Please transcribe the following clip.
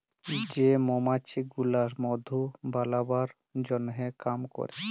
যে মমাছি গুলা মধু বালাবার জনহ কাম ক্যরে